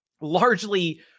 largely